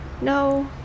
No